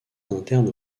internes